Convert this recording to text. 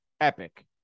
epic